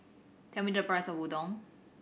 tell me the price of Udon